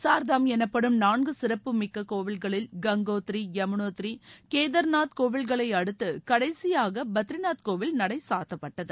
சார்தாம் எனப்படும் நான்கு சிறப்பு மிக்க கோயில்களில் கங்கோத்ரி யமுனோத்ரி கேதார்நாத் கோயில்களை அடுத்து கடைசியாக பத்ரிநாத் கோயில் நடை சாத்தப்பட்டது